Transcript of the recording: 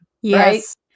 Yes